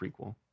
prequel